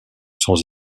sans